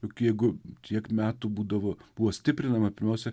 juk jeigu tiek metų būdavo buvo stiprinama pirmiausia